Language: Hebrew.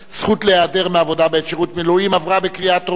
זכות להיעדר מעבודה בעת שירות מילואים של בן-זוג),